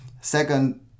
Second